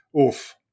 Oof